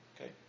okay